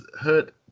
hurt